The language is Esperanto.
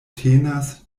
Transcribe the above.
tenas